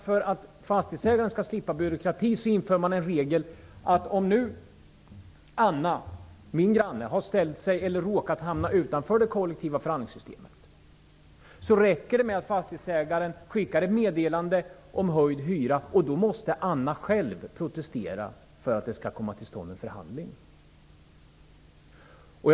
För att fastighetsägaren skall slippa byråkrati inför man alltså en regel som får till följd att det räcker med att fastighetsägaren skickar ett meddelande om höjd hyra till min granne Anna, som har ställt sig utanför eller har råkat hamna vid sidan av det kollektiva förhandlingssystemet. Då måste Anna själv protestera för att en förhandling skall komma till stånd.